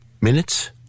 minutes